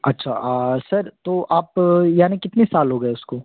अच्छा सर तो आप यानि कितनी साल हो गए उसको